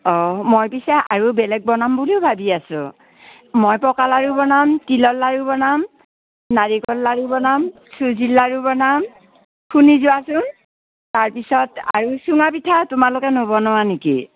অ' মই পিছে আৰু বেলেগ বনাম বুলিও ভাবি আছোঁ মই পকা লাৰু বনাম তিলৰ লাৰু বনাম নাৰিকল লাৰু বনাম চুজি লাৰু বনাম শুনি যোৱাচোন তাৰপিছত আৰু চুঙা পিঠা তোমালোকে নবনোৱা নেকি